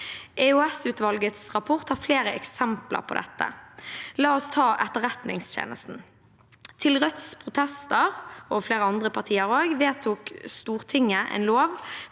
EOS-utvalgets rapport har flere eksempler på dette. La oss ta Etterretningstjenesten: Til Rødts og flere andre partiers protester vedtok Stortinget en lov